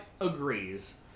agrees